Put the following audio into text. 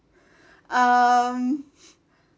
um